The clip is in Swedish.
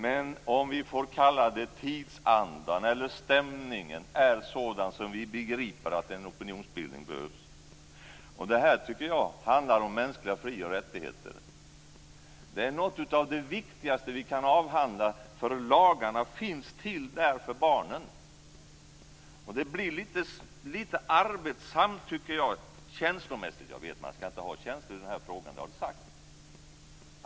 Men, om vi får kalla det så, tidsandan eller stämningen är sådan att vi begriper att en opinionsbildning behövs. Det här tycker jag handlar om mänskliga fri och rättigheter. Det är något av det viktigaste vi kan avhandla, för lagarna finns till för barnen. Det blir litet arbetsamt, tycker jag, känslomässigt - jag vet att det sagts att man inte skall ha känslor i denna fråga.